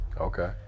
Okay